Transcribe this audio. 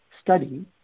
study